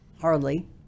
hardly